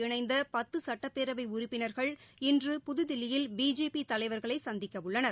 இணைந்தபத்துசட்டப்பேரவைஉறுப்பினர்கள் இன்று புதுதில்லியில் பிஜேபிதலைவர்களைசந்திக்கவுள்ளனர்